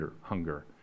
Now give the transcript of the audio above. hunger